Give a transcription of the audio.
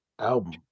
album